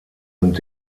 und